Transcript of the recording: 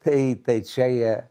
tai tai čia jie